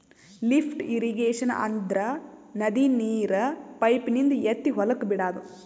lift irrigation ಅಂದ್ರ ನದಿ ನೀರ್ ಪೈಪಿನಿಂದ ಎತ್ತಿ ಹೊಲಕ್ ಬಿಡಾದು